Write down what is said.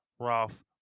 Ralph